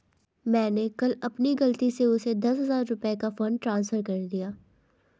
मैंने कल अपनी गलती से उसे दस हजार रुपया का फ़ंड ट्रांस्फर कर दिया